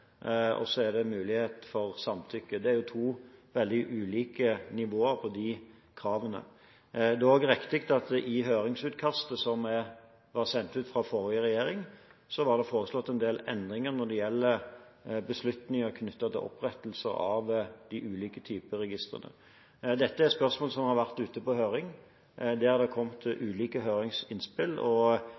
og muligheten for samtykke. Det er to veldig ulike nivå på de kravene. Det er også riktig at i høringsutkastet som ble sendt ut fra den forrige regjeringen, var det foreslått en del endringer når det gjelder beslutninger knyttet til opprettelse av de ulike typene registre. Dette er spørsmål som har vært ute på høring, og det har kommet ulike høringsinnspill.